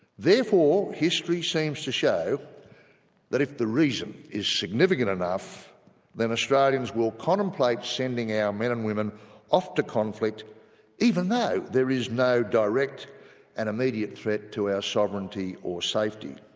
therefore history seems to show that if the reason is significant enough then australians will contemplate sending our men and women off to conflict even though there is no direct and immediate threat to our sovereignty or safety.